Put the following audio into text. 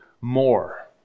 more